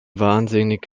wahnsinnig